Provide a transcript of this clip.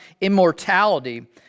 immortality